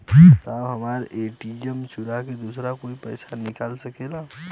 साहब हमार ए.टी.एम चूरा के दूसर कोई पैसा निकाल सकेला?